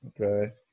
Okay